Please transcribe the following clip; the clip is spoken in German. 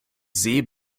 see